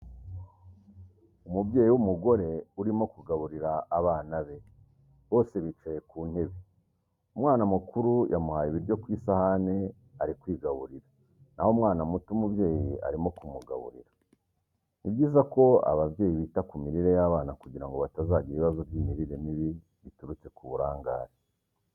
Umubyeyi w'umugore urimo kugaburira abana be, bose bicaye ku ntebe. Umwana mukuru yamuhaye ibiryo ku isahane ari kwigaburira, naho umwana muto umubyeyi arimo kumugaburira. ni byiza ko ababyeyi bita ku mirire y'abana kugira ngo batazagira ibibazo by'imirire mibi biturutse ku burangare.